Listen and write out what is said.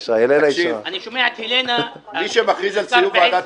מי שמכריז על סיום ועדת